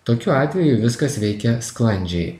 tokiu atveju viskas veikia sklandžiai